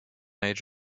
age